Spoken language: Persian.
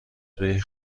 خیلی